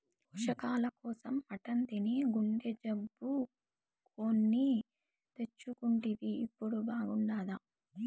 పోషకాల కోసం మటన్ తిని గుండె జబ్బు కొని తెచ్చుకుంటివి ఇప్పుడు బాగుండాదా